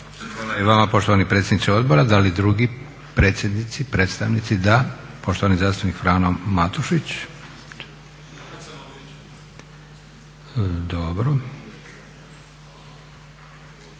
Hvala i vama poštovani predsjedniče odbora. Da li drugi predsjednici, predstavnici? Da. Poštovani zastupnik Frano Matušić.